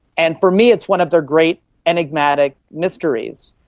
and for me it's one of their great enigmatic mysteries.